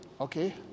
Okay